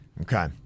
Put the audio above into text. Okay